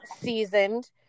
seasoned